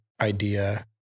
idea